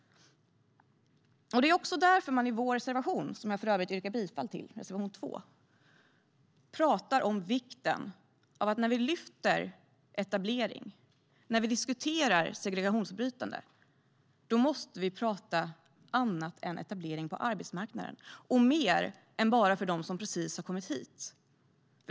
Det är också därför som vi i vår reservation 2, som jag för övrigt yrkar bifall till, talar om vikten av att vi när vi lyfter fram etablering och diskuterar segregationsbrytande måste tala om annat än etablering på arbetsmarknaden och mer än bara för dem som precis har kommit hit.